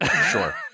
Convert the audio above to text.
sure